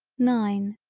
nine,